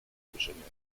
obejrzenia